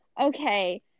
Okay